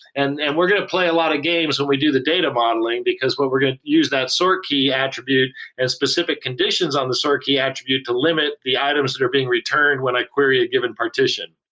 and and we're going to play a lot of games when we do the data modeling, because what we're going to use that sort key attribute and specific conditions on the sort key attribute to limit the items that are being returned with i query a given partition.